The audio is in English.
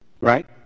Right